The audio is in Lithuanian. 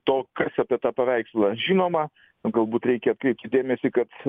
to kas apie tą paveikslą žinoma galbūt reikia atkreipti dėmesį kad